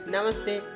Namaste